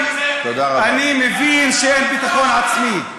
חברים, אני מבין שאין ביטחון עצמי.